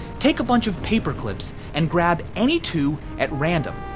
take a bunch of paper clips and grab any two at random.